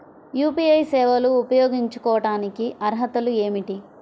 UPI సేవలు ఉపయోగించుకోటానికి అర్హతలు ఏమిటీ?